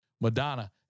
Madonna